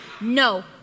No